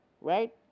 Right